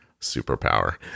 superpower